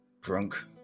Drunk